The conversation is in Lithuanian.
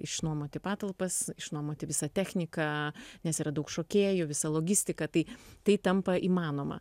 išnuomoti patalpas išnuomoti visą techniką nes yra daug šokėjų visą logistiką tai tai tampa įmanoma